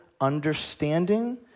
understanding